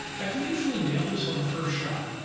i can usually nail this on a first shot.